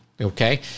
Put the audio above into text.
Okay